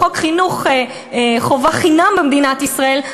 לחוק חינוך חובה חינם במדינת ישראל,